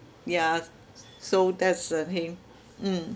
yeah s~ so that's the thing mm